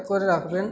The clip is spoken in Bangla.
করে রাখবেন